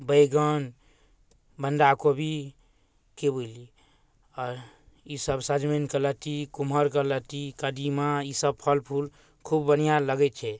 बैगन बन्धाकोबी कि बुझलिए आओर ईसब सजमनिके लत्ती कुम्हरके लत्ती कदीमा ईसब फल फूल खूब बढ़िआँ लगै छै